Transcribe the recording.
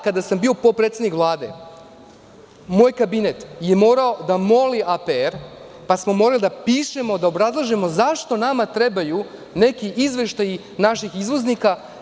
Kada sam ja bio potpredsednik Vlade, moj kabinet je morao da moli APR, pa smo morali da pišemo, da obrazlažemo zašto nama trebaju neki izveštaji naših izvoznika.